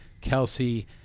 Kelsey